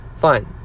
Fine